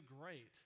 great